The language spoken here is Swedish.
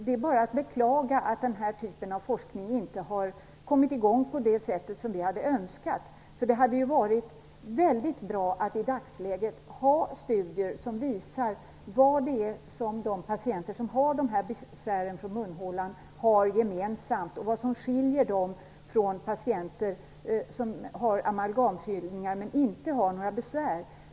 Det är bara att beklaga att den här typen av forskning inte har kommit i gång på det sätt som vi hade önskat. Det hade varit mycket bra att i dagsläget ha studier som visar vad det är som de patienter som har de här besvären från munhålan har gemensamt och vad som skiljer dem från patienter som har amalgamfyllningar men inte har några besvär.